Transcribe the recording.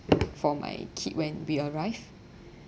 for my kid when we arrive